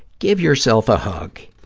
give yourself a hug.